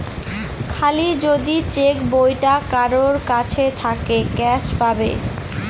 খালি যদি চেক বইটা কারোর কাছে থাকে ক্যাস পাবে